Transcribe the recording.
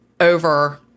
over